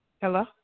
Hello